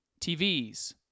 TVs